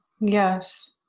Yes